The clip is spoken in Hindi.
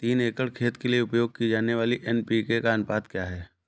तीन एकड़ खेत के लिए उपयोग की जाने वाली एन.पी.के का अनुपात क्या है?